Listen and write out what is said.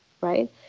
right